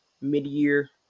mid-year